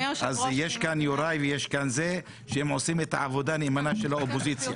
יש כאן את יוראי ועוד שעושים את העבודה הנאמנה של האופוזיציה.